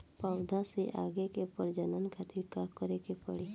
पौधा से आगे के प्रजनन खातिर का करे के पड़ी?